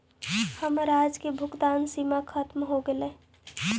हमर आज की भुगतान सीमा खत्म हो गेलइ